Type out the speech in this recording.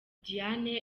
diane